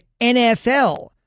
NFL